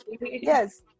Yes